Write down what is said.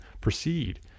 proceed